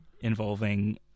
involving